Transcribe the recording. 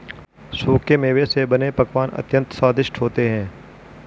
सूखे मेवे से बने पकवान अत्यंत स्वादिष्ट होते हैं